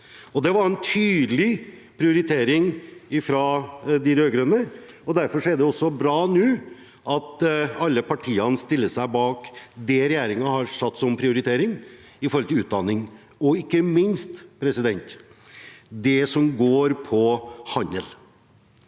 Det var en tydelig prioritering fra de rød-grønne. Derfor er det bra at alle partiene nå stiller seg bak det regjeringen har satt som en prioritering med tanke på utdanning og ikke minst det som handler om handel.